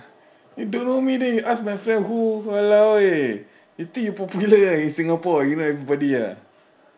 you don't know me then you ask my friend who !walao! eh you think you popular ah in singapore you know everybody ah